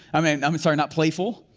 i mean, i'm and sorry, not playful.